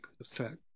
effect